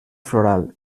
floral